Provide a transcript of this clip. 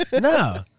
No